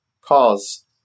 cause